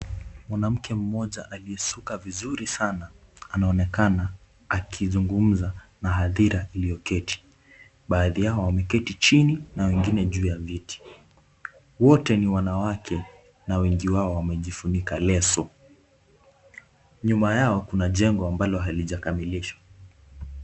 Mwanamke mmoja aliyesuka vizuri sana anaonekana akizungumza na hadhira iliyoketi. Baadhi yao wameketi chini na wengine juu ya viti. Wote ni wanawake na wengi wao wamejifunika leso, nyuma yao kuna jengo ambalo halijakamilishwa.